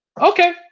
Okay